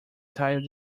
title